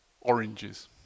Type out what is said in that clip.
oranges